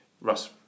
Russ